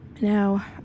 Now